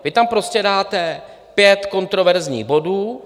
Vy tam prostě dáte pět kontroverzních bodů.